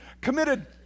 committed